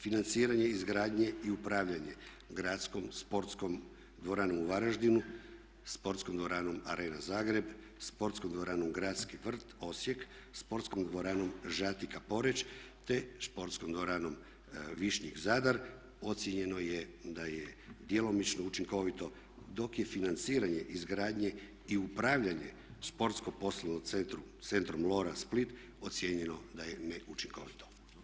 Financiranje izgradnje i upravljanje gradskom sportskom dvoranom u Varaždinu, sportskom dvoranom Arena Zagreb, sportskom dvoranom Gradski vrt Osijek, sportskom dvoranom Žatika Poreč te sportskom dvoranom Višnjik Zadar ocijenjeno je da je djelomično učinkovito dok je financiranje izgradnje i upravljanje sportsko-poslovnim centrom Lora Split ocijenjeno da je neučinkovito.